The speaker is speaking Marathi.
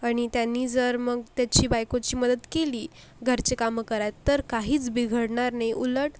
आणि त्यानी जर मग त्याची बायकोची मदत केली घरचे काम कराय तर काहीच बिघडणार नाही उलट